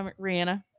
Rihanna